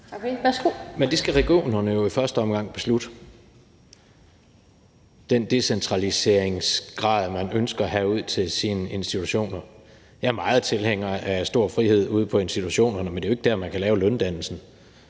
Men det skal regionerne jo i første omgang beslutte, altså den decentraliseringsgrad, man ønsker at have ude i sine institutioner. Jeg er meget tilhænger af stor frihed ude i institutionerne, men det er jo ikke der, man kan lave løndannelsen